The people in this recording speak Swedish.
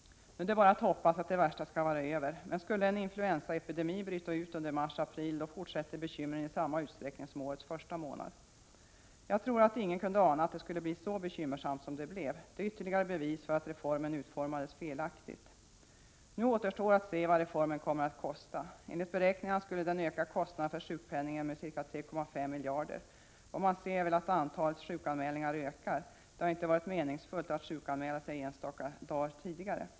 Nu är det bara att hoppas att det värsta skall vara över. Men skulle en influensaepidemi bryta ut under mars-april, fortsätter bekymren i samma utsträckning som under årets första månader. Jag tror att ingen kunde ana att det skulle bli så bekymmersamt som det blev. Det är ytterligare bevis för att reformen utformades felaktigt. 13 Nu återstår att se vad reformen kommer att kosta. Enligt beräkningarna skulle den öka kostnaderna för sjukpenningen med ca 3,5 miljarder. Vad man ser är väl att antalet sjukanmälningar ökar — det har tidigare inte varit meningsfullt att sjukanmäla sig enstaka dagar.